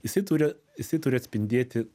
jisai turi jisai turi atspindėti